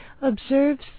observes